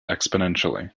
exponentially